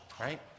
Right